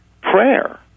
prayer